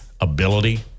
ability